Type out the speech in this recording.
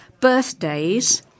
birthdays